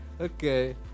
Okay